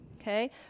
okay